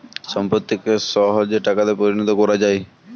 সম্পত্তিকে সহজে টাকাতে পরিণত কোরা যায়